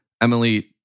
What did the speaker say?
Emily